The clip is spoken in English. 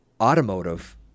automotive